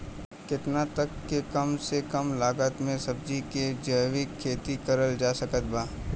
केतना तक के कम से कम लागत मे सब्जी के जैविक खेती करल जा सकत बा?